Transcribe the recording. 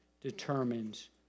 determines